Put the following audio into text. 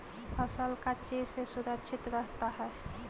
फसल का चीज से सुरक्षित रहता है?